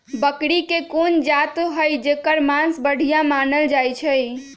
बकरी के कोन जात हई जेकर मास बढ़िया मानल जाई छई?